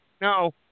no